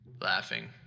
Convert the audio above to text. laughing